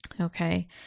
Okay